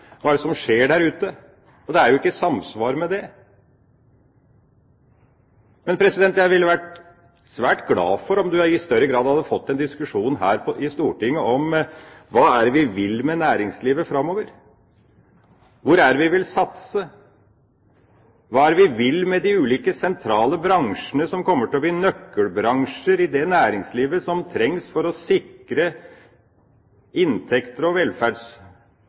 det som skjer der ute? Det er jo ikke i samsvar med det. Jeg ville ha vært svært glad om man i større grad hadde fått en diskusjon her i Stortinget om hva vi vil med næringslivet framover. Hvor er det vi vil satse, hva er det vi vil med de ulike sentrale bransjene som kommer til å bli nøkkelbransjer i det næringslivet som trengs for å sikre inntekter og